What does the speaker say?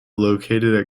located